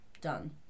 done